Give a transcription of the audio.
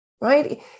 right